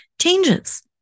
changes